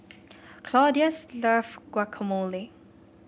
Claudius love Guacamole